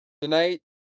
Tonight